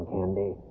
Candy